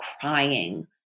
crying